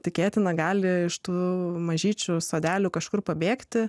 tikėtina gali iš tų mažyčių sodelių kažkur pabėgti